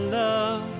love